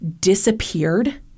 disappeared